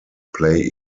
play